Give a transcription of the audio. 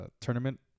tournament